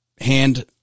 hand